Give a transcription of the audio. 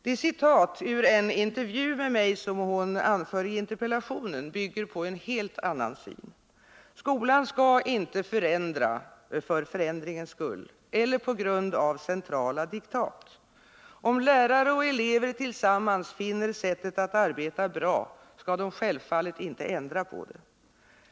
Det citat ur en intervju med mig som Lena Hjelm-Wallén anför i interpellationen bygger på en helt annan syn. Skolan skall inte förändra för förändringens skull eller på grund av centrala diktat. Om lärare och elever tillsammans finner sättet att arbeta vara bra, skall de självfallet inte ändra på det.